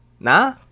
Nah